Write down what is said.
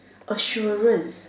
assurance